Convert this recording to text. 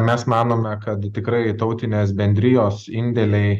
mes manome kad tikrai tautinės bendrijos indėliai